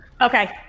Okay